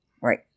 Right